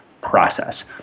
process